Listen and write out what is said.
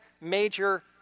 major